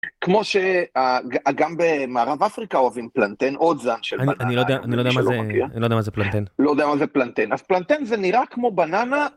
כמו ש... הג... ה... גם במערב אפריקה אוהבים פלנטן, עוד זן של... אני לא יודע... אני לא יודע מה זה... אני לא יודע מה זה פלנטן. לא יודע מה זה פלנטן, אז פלנטן זה נראה כמו בננה...